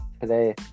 today